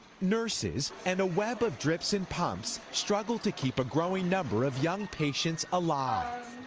nurses and a web of drips and pumps struggle to keep a growing number of young patients alive.